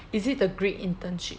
is it the great internship